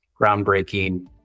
groundbreaking